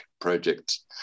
projects